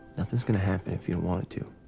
nothing's gonna happen if you don't want it to.